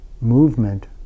movement